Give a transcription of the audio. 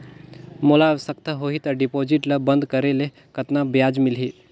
मोला आवश्यकता होही त डिपॉजिट ल बंद करे ले कतना ब्याज मिलही?